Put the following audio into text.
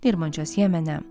dirbančios jemene